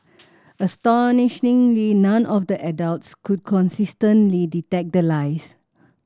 astonishingly none of the adults could consistently detect the lies